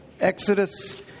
Exodus